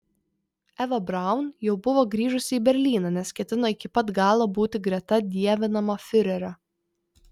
eva braun jau buvo grįžusi į berlyną nes ketino iki pat galo būti greta dievinamo fiurerio